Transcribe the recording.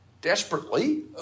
desperately